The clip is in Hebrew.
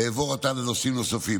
אעבור עתה לנושאים נוספים.